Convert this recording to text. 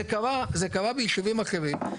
זה קרה ביישובים אחרים.